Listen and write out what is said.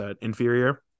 inferior